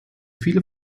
viele